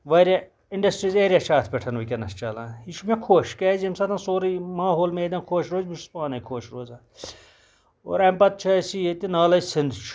واریاہ industries area چھِ اَتھ پیٚٹھ وٕنکیٚنَس چَلان یہِ چھُ مےٚ خۄش کیازِ ییٚمہِ ساتَن سورُے ماحول مےٚ ییٚتٮ۪ن خۄش روزِ بہٕ چھُس پانے خۄش روزان اور امہِ پَتہٕ چھِ اَسہِ ییٚتہِ نالے سِنٛد چھُ